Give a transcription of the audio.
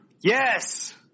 Yes